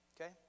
Okay